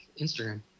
Instagram